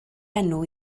enw